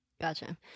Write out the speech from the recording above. Gotcha